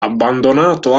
abbandonato